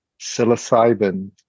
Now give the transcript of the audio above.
psilocybin